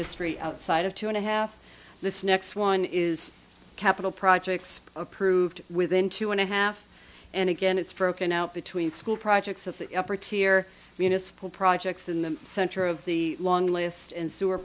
history outside of two and a half this next one is capital projects approved within two and a half and again it's broken out between school projects at the upper tier municipal projects in the center of the long list and sewer